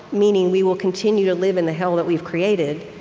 meaning, we will continue to live in the hell that we've created,